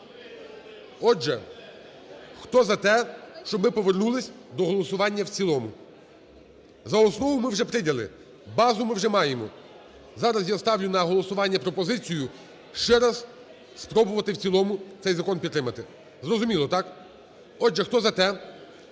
Отже, хто за те, щоб ми повернулися до голосування в цілому. За основу ми вже прийняли, базу ми вже маємо. Зараз я ставлю на голосування пропозицію ще раз спробувати в цілому цей закон підтримати. Зрозуміло, так? Отже, хто за те,